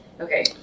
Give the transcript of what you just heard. Okay